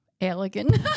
elegant